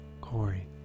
Corey